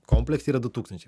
komplekte yra du tūkstančiai